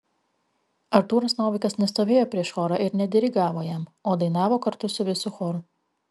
artūras novikas nestovėjo prieš chorą ir nedirigavo jam o dainavo kartu su visu choru